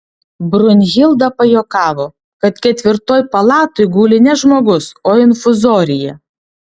brunhilda pajuokavo kad ketvirtoj palatoj guli ne žmogus o infuzorija